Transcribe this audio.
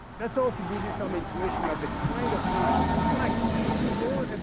that's all to give you some intuition of the kind of things. in fact, if you were